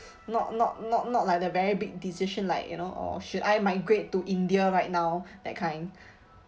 not not not not like the very big decision like you know uh should I migrate to india right now that kind